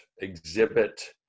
exhibit